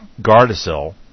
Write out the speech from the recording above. Gardasil